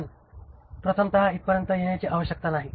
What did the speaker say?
पण प्रथमतः इथपर्यंत येण्याची आवश्यकता नाही